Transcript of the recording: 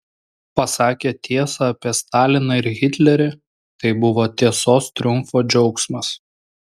pasakė tiesą apie staliną ir hitlerį tai buvo tiesos triumfo džiaugsmas